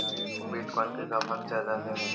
Bitcoin के का भाव चल रहलई हे?